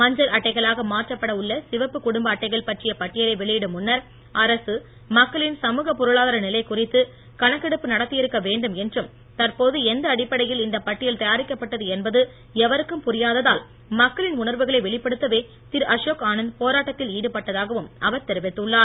மஞ்சள் அட்டைகளாக மாற்றப்பட உள்ள சிவப்பு குடும்ப அட்டைகள் பற்றிய பட்டியலை வெளியிடும் முன்னர் அரசு மக்களின் சமூக பொருளாதார நிலை குறித்து கணக்கெடுப்பு நடத்தியிருக்க வேண்டும் என்றும் தற்போது எந்த அடிப்படையில் இந்த பட்டியல் தயாரிக்கப்பட்டது என்பது எவருக்கும் புரியாததால் மக்களின் உணர்வுகளை வெளிப்படுத்தவே திரு அசோக் ஆனந்த் போராட்டத்தில் ஈடுபட்டதாகவும் அவர் தெரிவித்துள்ளார்